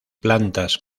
plantas